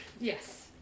Yes